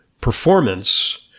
performance